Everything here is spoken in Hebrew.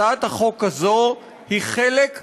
הצעת החוק הזאת היא חלק מרצף,